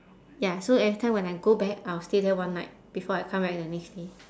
ya so every time when I go back I'll stay there one night before I come back the next day